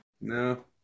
No